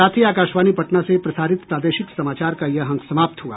इसके साथ ही आकाशवाणी पटना से प्रसारित प्रादेशिक समाचार का ये अंक समाप्त हुआ